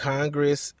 Congress